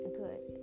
good